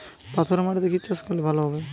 পাথরে মাটিতে কি চাষ করলে ভালো হবে?